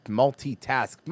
multitask